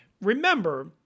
remember